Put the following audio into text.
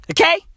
Okay